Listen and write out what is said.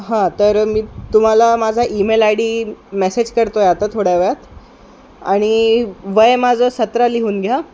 हां तर मी तुम्हाला माझा ईमेल आय डी मेसेज करतो आहे आता थोड्या वेळात आणि वय माझं सतरा लिहून घ्या